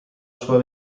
sua